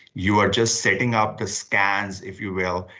you are just setting up the scans, if you will,